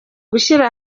gushyira